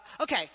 Okay